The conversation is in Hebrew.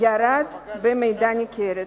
ירד במידה ניכרת.